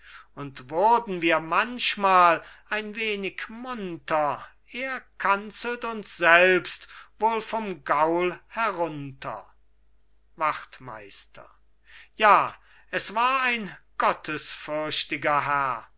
und wurden wir manchmal ein wenig munter er kanzelt uns selbst wohl vom gaul herunter wachtmeister ja es war ein gottesfürchtiger herr